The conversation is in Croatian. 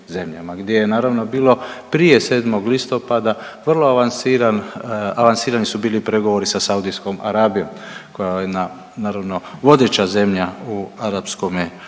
gdje je naravno bilo prije 7. listopada vrlo avansiran, avansirani su bili pregovori sa Saudijskom Arabijom koja jedna naravno vodeća zemlja u arapskome